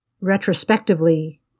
retrospectively